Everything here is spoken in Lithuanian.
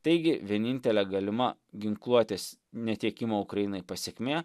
taigi vienintelė galima ginkluotės netiekimo ukrainai pasekmė